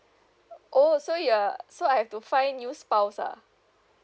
oh so you're so I've to find new spouse ah